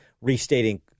restating